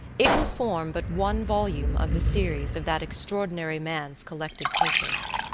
it will form but one volume of the series of that extraordinary man's collected papers.